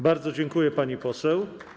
Bardzo dziękuję, pani poseł.